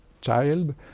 child